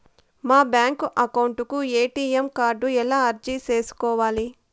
మా bank account కు ATM card ఎలా అర్జీ సేసుకోవాలి?